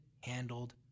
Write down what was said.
handled